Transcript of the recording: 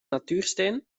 natuursteen